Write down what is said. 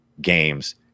games